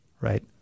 Right